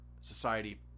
society